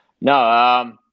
No